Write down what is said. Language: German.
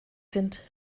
sind